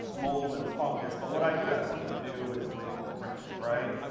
mold, and fungus, but what i do have something to do is with print, right?